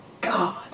God